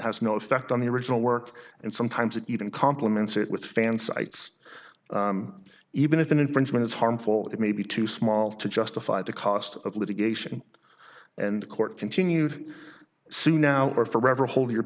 has no effect on the original work and sometimes it even complements it with fan sites even if an infringement is harmful it may be too small to justify the cost of litigation and court continued sue now or forever hold your